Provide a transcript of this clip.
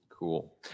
Cool